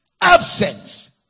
Absence